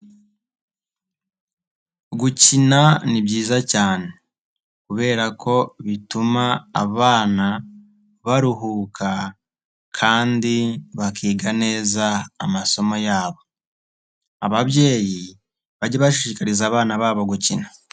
Gukina ni byiza cyane kubera ko bituma abana baruhuka kandi bakiga neza amasomo yabo, ababyeyi bajye bashishikariza abana babo gukina.